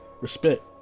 Respect